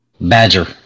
badger